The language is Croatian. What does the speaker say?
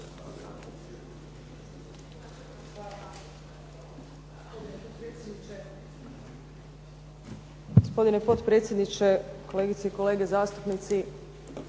Hvala vam